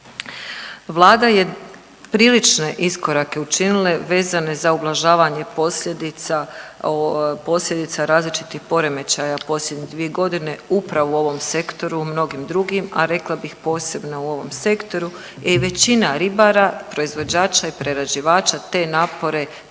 Vlada je prilične iskorake učinila vezane za ublažavanje posljedica različitih poremećaja u posljednje dvije godine upravo u ovom sektoru, mnogim drugim, a rekla bih posebno u ovom sektoru. I većina ribara proizvođača i prerađivača te napore